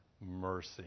mercy